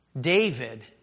David